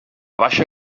baixa